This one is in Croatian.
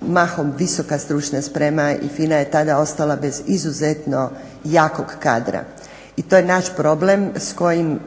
mahom visoka stručna sprema i FINA je tada ostala bez izuzetno jakog kadra. I to je naš problem s kojim